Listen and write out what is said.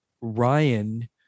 Ryan